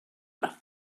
scream